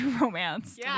romance